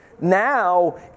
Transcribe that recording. Now